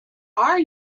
are